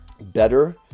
better